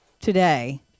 today